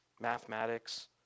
mathematics